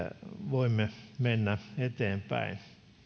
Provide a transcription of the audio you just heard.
voimme mennä eteenpäin